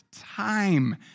time